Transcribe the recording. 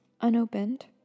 unopened